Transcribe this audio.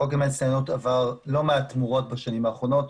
החוק עבר לא מעט תמורות בשנים האחרונות,